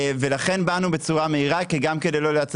לכן באנו בצורה מהירה גם כדי לא לייצר